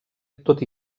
tot